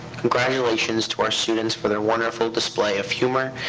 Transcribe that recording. congratulations to our students for their wonderful display of humor,